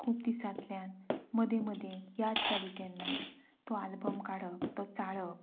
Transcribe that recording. खूब दिसांतल्यान मदीं मदीं याद जाली तेन्ना तो आल्बम काडपा तो चाळप